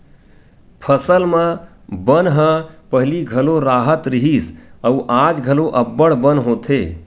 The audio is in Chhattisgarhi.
फसल म बन ह पहिली घलो राहत रिहिस अउ आज घलो अब्बड़ बन होथे